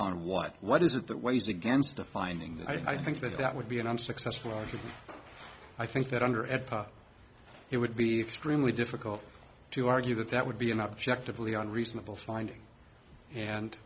on what what is it that weighs against a finding that i think that that would be an unsuccessful i think that under at it would be extremely difficult to argue that that would be an objectively on reasonable finding and